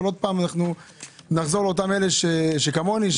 נחזור לאותם אנשים כמוני,